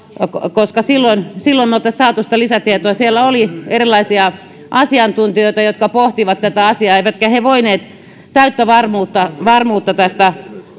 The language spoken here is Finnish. silloin me olisimme saaneet sitä lisätietoa siellä oli erilaisia asiantuntijoita jotka pohtivat tätä asiaa eivätkä he voineet täyttä varmuutta varmuutta tästä